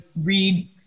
read